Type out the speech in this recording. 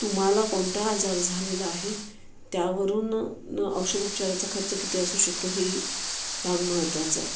तुम्हाला कोणता आजार झालेला आहे त्यावरून न औषधोपचाराचा खर्च किती असू शकतो हेही भाग महत्त्वाचा आहे